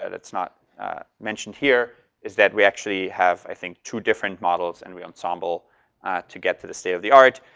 that's not mentioned here. is that we actually have, i think, two different models. and we ensemble to get to the state of the art.